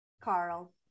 Carl